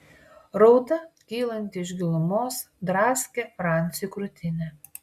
rauda kylanti iš gilumos draskė franciui krūtinę